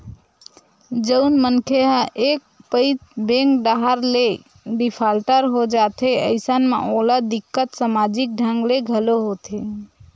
जउन मनखे ह एक पइत बेंक डाहर ले डिफाल्टर हो जाथे अइसन म ओला दिक्कत समाजिक ढंग ले घलो होथे